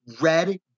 red